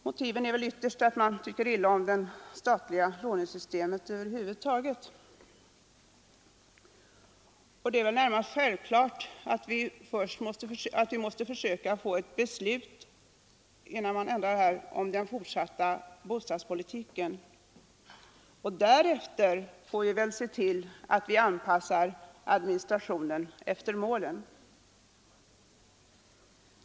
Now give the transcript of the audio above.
Motiven är väl ytterst att man tycker illa om det statliga lånesystemet över huvud taget. Det är närmast självklart att vi först måste ha ett beslut om den fortsatta bostadspolitiken. Därefter får vi anpassa administrationen efter målen.